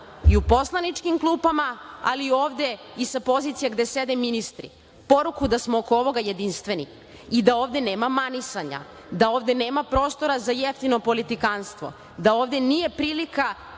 i u poslaničkim klupama, ali i ovde i sa pozicije gde sede ministri, poruku da smo oko ovoga jedinstveni i da ovde nema manisanja, da ovde nema prostora za jeftino politikanstvo, da ovde nije prilika